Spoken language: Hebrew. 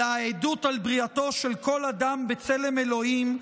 אלא העדות על בריאתו של כל אדם בצלם אלוהים,